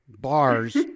Bars